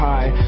High